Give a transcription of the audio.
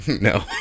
No